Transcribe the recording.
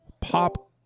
pop